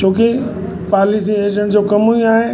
छोकी policy agent जो कम ई आहे